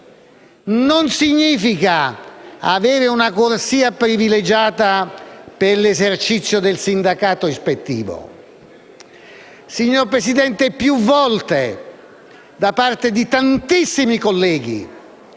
non significa avere una corsia privilegiata per l'esercizio del sindacato ispettivo. Signor Presidente, più volte, da parte di tantissimi colleghi,